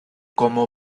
como